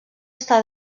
està